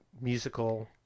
Musical